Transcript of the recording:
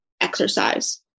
exercise